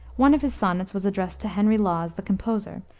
one of his sonnets was addressed to henry lawes, the composer,